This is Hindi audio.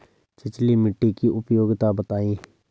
छिछली मिट्टी की उपयोगिता बतायें?